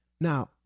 Now